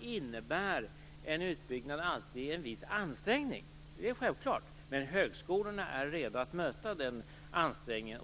innebär en utbyggnad alltid en viss ansträngning. Det är självklart. Men högskolorna är redo att möta den ansträngningen.